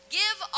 give